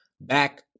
back